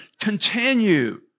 continue